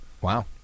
Wow